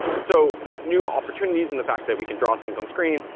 so there's new opportunities in the fact that we can draw things on screen.